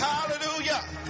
Hallelujah